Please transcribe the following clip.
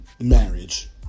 marriage